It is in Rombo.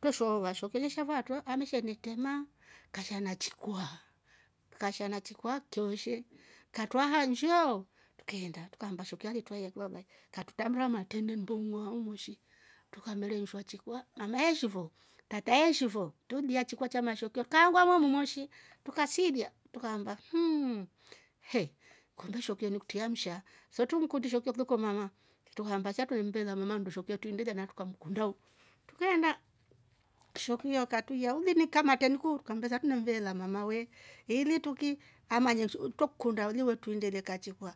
Twreshoova sho kerishaa faatro amesha inetrema kasha na chikwaa. kasha na chikwa kioshe katwraa ha nshjioo trukeenda trukaamba shekuyo alitwraiya ki laulaye katrutrambura matrende mbong'oha oumoshi trukamereshua chikwa mama eeeshi fo. tata eeh shifo trulilya chikwa cha mashekuyo trukaangua moomu moshi truka siilya trukaamba mhhh! He kumbe shekuyo nikutri amsha sio twremkundi shekuyo kuliko mamaa trukahamba sia truvemmbela mama ndyo shekuyo etruininga na trukamkunda u trukeenda shekuyo akatruiya ulinikamtreni ku trukammbesa trune mveela mama we ili truki amanye twrakukunda oli wetruindelie kachikwa